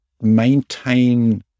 maintain